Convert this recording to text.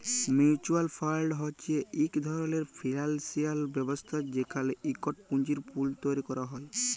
mutual fund হছে ইক ধরলের ফিল্যালসিয়াল ব্যবস্থা যেখালে ইকট পুঁজির পুল তৈরি ক্যরা হ্যয়